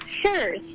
Sure